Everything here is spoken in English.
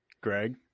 Greg